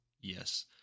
Yes